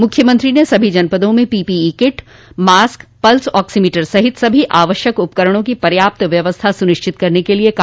मुख्यमंत्री ने सभी जनपदो में PPE kit mask pulse oximeter सहित सभी आवश्यक उपकरणों की पर्याप्त व्यवस्था सुनिश्चित करने के लिए कहा